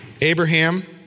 Abraham